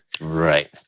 right